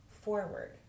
forward